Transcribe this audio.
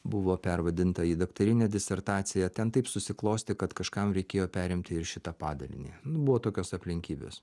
buvo pervadinta į daktarinę disertaciją ten taip susiklostė kad kažkam reikėjo perimti ir šitą padalinį nu buvo tokios aplinkybės